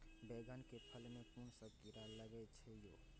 बैंगन के फल में कुन सब कीरा लगै छै यो?